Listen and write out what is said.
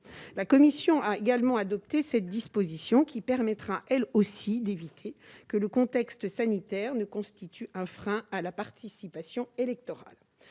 La commission a également adopté cette disposition, qui permettra elle aussi d'éviter que le contexte sanitaire ne constitue un frein à la participation électorale.